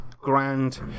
Grand